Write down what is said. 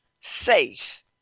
Safe